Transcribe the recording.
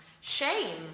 shame